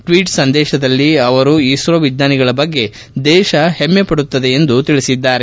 tweet ಸಂದೇಶದಲ್ಲಿ ಅವರು ಇಸ್ರೋ ವಿಜ್ವಾನಿಗಳ ಬಗ್ಗೆ ದೇಶ ಹೆಮ್ಮೆ ಪಡುತ್ತದೆ ಎಂದು ಹೇಳಿದ್ದಾರೆ